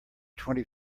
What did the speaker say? twenty